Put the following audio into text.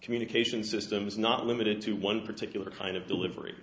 communication systems not limited to one particular kind of delivery